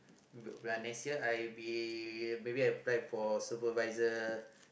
around next year maybe I apply for supervisor